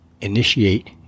initiate